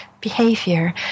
behavior